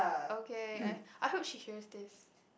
okay I I hope she hear this